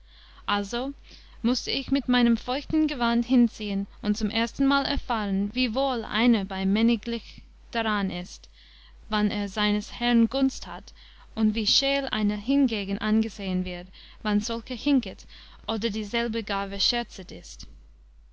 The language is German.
also mußte ich mit meinem feuchten gewand hinziehen und zum erstenmal erfahren wie wohl einer bei männiglich daran ist wann er seines herrn gunst hat und wie scheel einer hingegen angesehen wird wann solche hinket oder dieselbe gar verscherzet ist